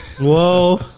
whoa